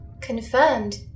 Confirmed